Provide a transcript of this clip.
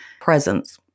presence